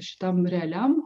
šitam realiam